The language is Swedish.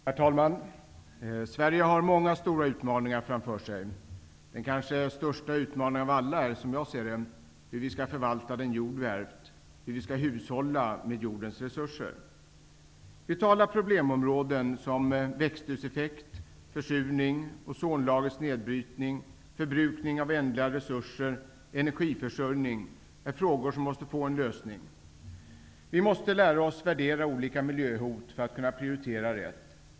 Herr talman! Sverige har många stora utmaningar framför sig. Den kanske största utmaningen av alla är, som jag ser det, hur vi skall förvalta den jord vi ärvt och hur vi skall hushålla med jordens resurser. Vitala problemområden som växthuseffekt, försurning, ozonlagrets nedbrytning, förbrukning av ändliga resurser och energiförsörjning måste få en lösning. Vi måste lära oss värdera olika miljöhot för att kunna prioritera rätt.